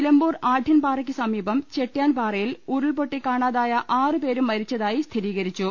നിലമ്പൂർ ആഢ്യൻപാറയ്ക്ക് സമീപം ചെട്ട്യാൻപാറ യിൽ ഉരുൾപൊട്ടി കാണാതായ ആറ് പേരും മരിച്ചതായി സ്ഥിരീകരിച്ചു